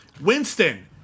Winston